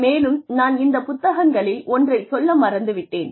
மேலும் நான் இந்த புத்தகங்களில் ஒன்றை சொல்ல மறந்து விட்டேன்